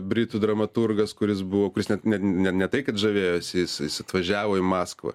britų dramaturgas kuris buvo kuris net ne ne ne tai kad žavėjosi jis jis atvažiavo į maskvą